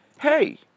hey